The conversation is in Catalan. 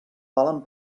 valen